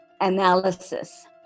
analysis